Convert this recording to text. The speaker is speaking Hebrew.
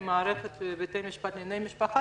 פרט למערכת בתי המשפט לענייני משפחה